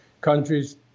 countries